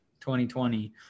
2020